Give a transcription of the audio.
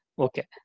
Okay